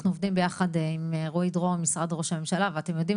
אנחנו עובדים ביחד עם רועי דרור ממשרד ראש הממשלה ואתם יודעים